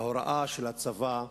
ההוראה של הצבא,